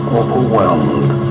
overwhelmed